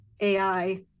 AI